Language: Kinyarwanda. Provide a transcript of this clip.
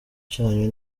cyanyu